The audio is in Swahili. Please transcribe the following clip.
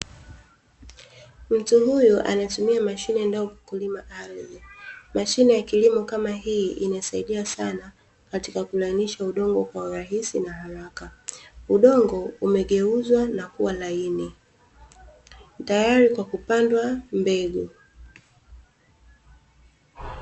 Mtu huyu anatumia mashine ndogo kulima ardhi. Mashine ya kilimo kama hii inasaidia sana katika kulainisha udongo kwa urahisi na haraka. Udongo umegeuzwa na kuwa laini, tayari kwa kupandwa mbegu.